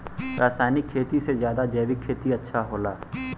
रासायनिक खेती से ज्यादा जैविक खेती अच्छा होला